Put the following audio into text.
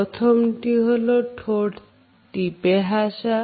প্রথমটি হলো ঠোঁট টিপে হাসে